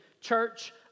church